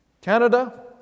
Canada